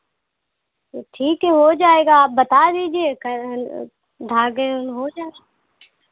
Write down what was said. तो ठीक है हो जाएगा आप बता दीजिए कर धागे में हो जाएगा